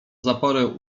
zaporę